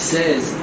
says